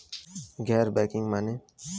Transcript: गैर बैंकिंग माने?